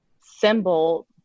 symbol